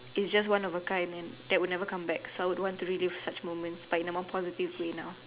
is just one of the kind and that will never come back so I don't want to reduce such moment but in the one point I feel grey now